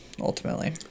ultimately